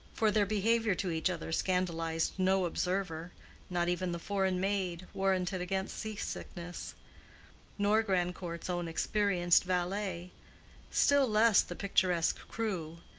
for their behavior to each other scandalized no observer not even the foreign maid, warranted against sea-sickness nor grandcourt's own experienced valet still less the picturesque crew,